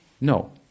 No